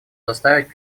заставить